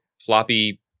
floppy